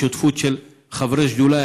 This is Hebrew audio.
בשותפות חברי השדולה,